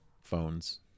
phones